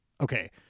okay